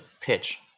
pitch